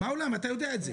אתה יודע את זה.